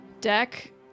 deck